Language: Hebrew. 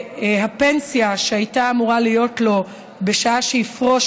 והפנסיה שהייתה אמורה להיות לו בשעה שיפרוש